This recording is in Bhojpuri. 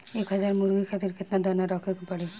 एक हज़ार मुर्गी खातिर केतना दाना रखे के पड़ी?